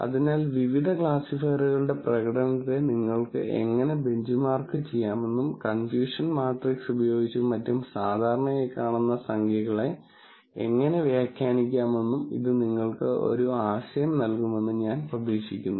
അതിനാൽ വിവിധ ക്ലാസിഫയറുകളുടെ പ്രകടനത്തെ നിങ്ങൾക്ക് എങ്ങനെ ബെഞ്ച്മാർക്ക് ചെയ്യാമെന്നും കൺഫ്യൂഷൻ മാട്രിക്സ് ഉപയോഗിച്ചും മറ്റും സാധാരണയായി കാണുന്ന സംഖ്യകളെ എങ്ങനെ വ്യാഖ്യാനിക്കാമെന്നും ഇത് നിങ്ങൾക്ക് ഒരു ആശയം നൽകുമെന്ന് ഞാൻ പ്രതീക്ഷിക്കുന്നു